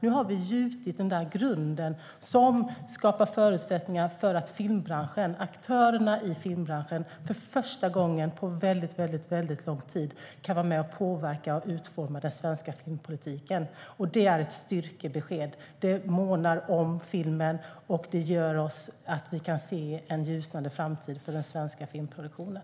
Nu har vi gjutit den grund som skapar förutsättningar för filmbranschens aktörer att för första gången på lång tid vara med och påverka och utforma den svenska filmpolitiken. Det är ett styrkebesked, det månar om filmen och det gör att vi kan se en ljusnande framtid för den svenska filmproduktionen.